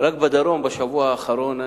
רק בדרום בשבוע האחרון,